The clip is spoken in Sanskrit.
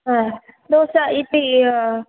दोसा इति